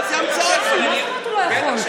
מה זאת אומרת הוא לא יכול?